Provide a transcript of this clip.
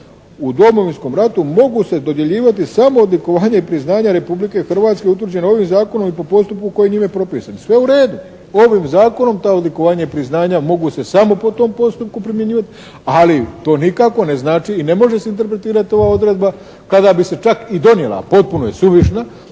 u Domovinskom ratu mogu se dodjeljivati samo odlikovanje i priznanja Republike Hrvatske utvrđeni ovim zakonom i po postupku koji je njime propisan." Sve u redu. Ovim zakonom ta odlikovanja i priznanja mogu se samo po tom postupku primjenjivati, ali to nikako ne znači i ne može se interpretirati ova odredba kada bi se čak i donijela potpuno je suvišna,